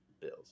Bills